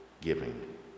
giving